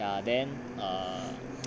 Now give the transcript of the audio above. ya then err